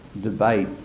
debate